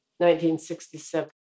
1967